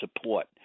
support